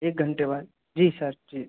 एक घंटे बाद जी सर जी